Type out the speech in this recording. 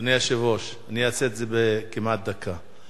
אדוני היושב-ראש, אני אעשה את זה בכמעט דקה.